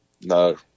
no